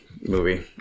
movie